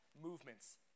movements